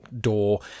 door